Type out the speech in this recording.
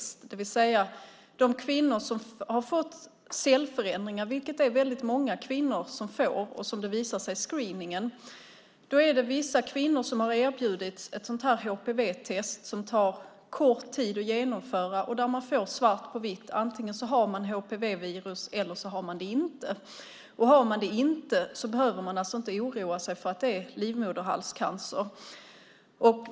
När det gäller de kvinnor som har fått cellförändringar, vilket väldigt många kvinnor får och som visar sig på screeningen, har vissa kvinnor erbjudits ett HPV-test som tar kort tid att genomföra. Där får man svart på vitt på att antingen har man HPV-virus eller så har man det inte. Har man det inte behöver man alltså inte oroa sig för att det är livmoderhalscancer.